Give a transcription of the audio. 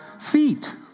feet